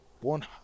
One